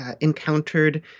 encountered